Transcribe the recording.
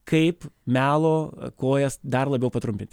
kaip melo kojas dar labiau patrumpinti